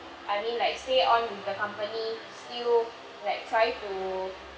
I mean like stay on with the company still like trying to